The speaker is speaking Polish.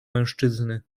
mężczyzny